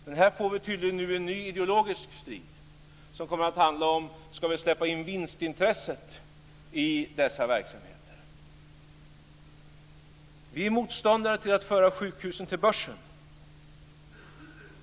Men här uppkommer nu tydligen en ny ideologisk strid som handlar om ifall man ska släppa in vinstintressen i dessa verksamheter. Vi är motståndare till att föra in sjukhusen på börsen.